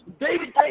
David